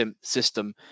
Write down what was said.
system